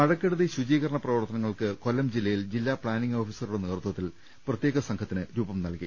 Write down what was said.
മഴക്കെടുതി ശുചീകരണ പ്രവർത്തനങ്ങൾക്ക് കൊല്ലം ജില്ലയിൽ ജില്ലാ പ്ലാനിംഗ് ഓഫീസറുടെ നേതൃത്വത്തിൽ പ്രത്യേക സംഘത്തിന് രൂപം നൽകി